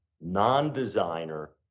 non-designer